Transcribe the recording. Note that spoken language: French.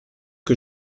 que